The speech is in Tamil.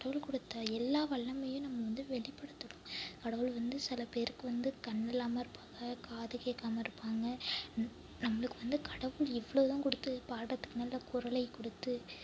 கடவுள் கொடுத்த எல்லா வல்லமையும் நம்ம வந்து வெளிப்படுத்தணும் கடவுள் வந்து சில பேருக்கு வந்து கண் இல்லாமல் இருப்பாங்க காது கேக்காமல் இருப்பாங்க நம்மளுக்கு வந்து கடவுள் இவ்வளோதும் கொடுத்து பாடுறத்துக்கு நல்ல குரலையும் கொடுத்து